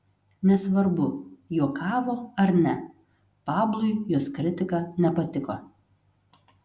nesvarbu juokavo ar ne pablui jos kritika nepatiko